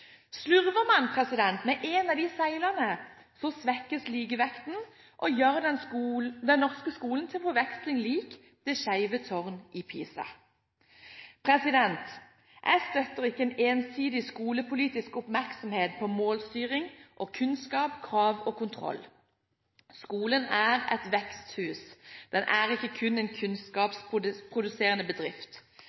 Slurver man med en av søylene, svekkes likevekten og gjør den norske skolen til forveksling lik det skeive tårn i Pisa. Jeg støtter ikke en ensidig skolepolitisk oppmerksomhet på målstyring og kunnskap, krav og kontroll. Skolen er et veksthus, ikke kun en kunnskapsproduserende bedrift.